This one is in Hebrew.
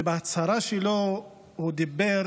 ובהצהרה שלו הוא דיבר